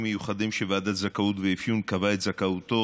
מיוחדים שוועדת זכאות ואפיון קבעה את זכאותו